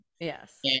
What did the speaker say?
Yes